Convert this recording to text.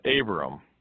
Abram